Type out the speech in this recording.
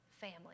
family